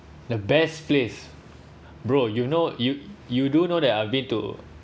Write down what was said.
the best place bro you know you you do know that I've been to